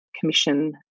Commission